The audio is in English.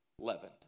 leavened